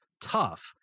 tough